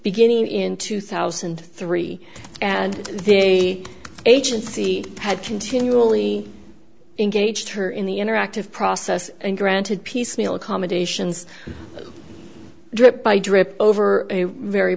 beginning in two thousand and three and the agency had continually engaged her in the interactive process and granted piecemeal accommodations drip by drip over a